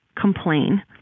complain